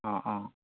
অঁ অঁ